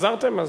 החזירו אותך.